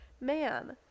man